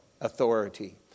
authority